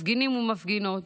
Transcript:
מפגינים ומפגינות.